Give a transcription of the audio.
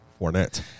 Fournette